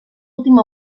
última